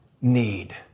need